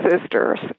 sisters